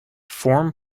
form